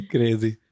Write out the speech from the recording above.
Crazy